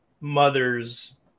mother's